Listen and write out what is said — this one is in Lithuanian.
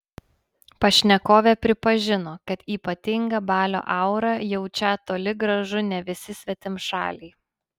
pašnekovė pripažino kad ypatingą balio aurą jaučią toli gražu ne visi svetimšaliai